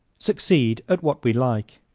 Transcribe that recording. succeed at what we like